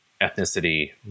ethnicity